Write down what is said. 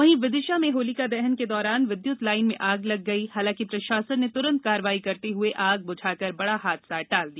वहीं विदिशा में होलिका दहन के दौरान विद्युत लाइन में आग लग गई हालांकि प्रशासन ने तुरंत कार्यवाही करते हुए आग बुझाकर बड़ा हादसा टाल दिया